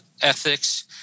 ethics